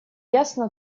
ясно